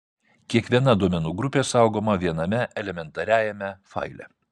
kiekviena duomenų grupė saugoma viename elementariajame faile